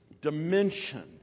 dimension